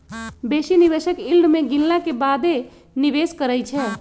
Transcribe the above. बेशी निवेशक यील्ड के गिनला के बादे निवेश करइ छै